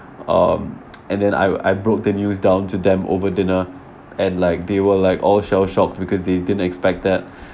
um and then I I broke the news down to them over dinner and like they were like all sho~ shocked because they didn't expect that